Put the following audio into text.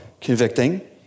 convicting